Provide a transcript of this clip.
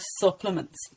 supplements